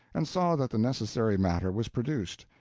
and saw that the necessary matter was produced.